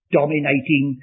dominating